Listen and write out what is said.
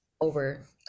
over